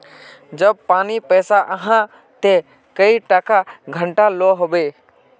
जब पानी पैसा हाँ ते कई टका घंटा लो होबे?